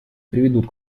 приведут